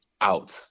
out